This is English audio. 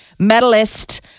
medalist